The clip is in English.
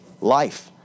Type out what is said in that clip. life